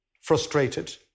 frustrated